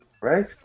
right